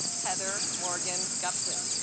heather morgan gupton